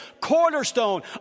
cornerstone